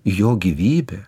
jo gyvybė